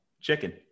chicken